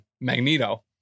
magneto